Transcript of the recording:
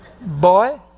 boy